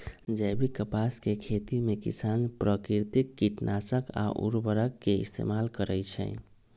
जैविक कपास के खेती में किसान प्राकिरतिक किटनाशक आ उरवरक के इस्तेमाल करई छई